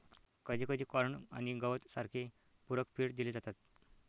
कधीकधी कॉर्न आणि गवत सारखे पूरक फीड दिले जातात